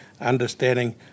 understanding